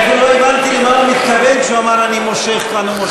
אני אפילו לא הבנתי למה הוא מתכוון כשהוא אמר "אני מושך כאן ומושך".